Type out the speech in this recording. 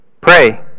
Pray